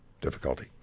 difficulty